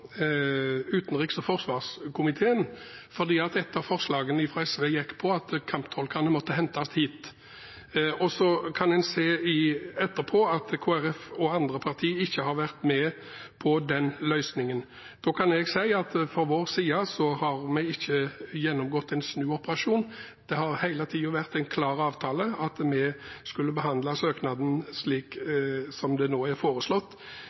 utenriks- og forsvarskomiteen, for forslaget fra SV handler om at kamptolkene må hentes hit. I etterkant kan man se at Kristelig Folkeparti og andre partier ikke har vært med på den løsningen. Da kan jeg si at vi fra vår side ikke har gjennomgått en snuoperasjon, det har hele tiden vært en klar avtale at vi skulle behandle søknaden slik det nå er foreslått.